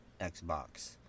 Xbox